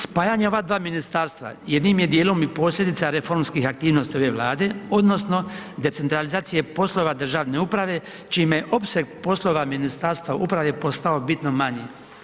Spajanje ova dva ministarstva, jednim je djelom i posljedica reformskih aktivnosti ove Vlade odnosno decentralizacije poslova državne uprave čime je opseg poslova Ministarstva uprave postao bitno manji.